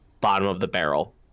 bottom-of-the-barrel